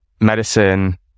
medicine